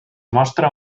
mostra